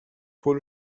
paul